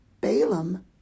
Balaam